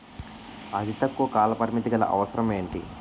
అతి తక్కువ కాల పరిమితి గల అవసరం ఏంటి